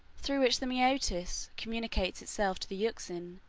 through which the maeotis communicates itself to the euxine,